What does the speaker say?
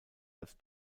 als